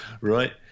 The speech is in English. right